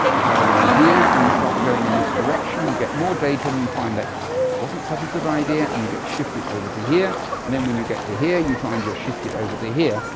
you have an idea and you start going in this direction, you get more data and you find that wasn't such a good idea and you get shifted over to here and then when you get to here you find you're shifted over to here.